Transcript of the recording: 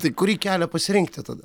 tai kurį kelią pasirinkti tada